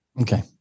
Okay